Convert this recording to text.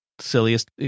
Silliest